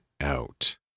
out